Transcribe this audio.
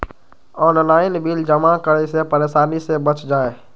Online bill जमा करे से परेशानी से बच जाहई?